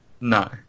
No